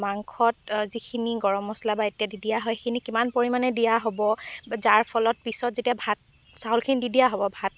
মাংসত যিখিনি গৰম মচলা বা ইত্যাদি দিয়া হয় সেইখিনি কিমান পৰিমাণে দিয়া হ'ব যাৰ ফলত পিছত যেতিয়া ভাত চাউলখিনি দি দিয়া হ'ব ভাত